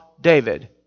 David